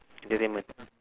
entertainment